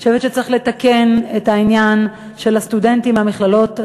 אני חושבת שצריך לתקן את העניין של הסטודנטים במכללות הטכנולוגיות,